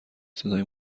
صدای